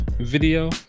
video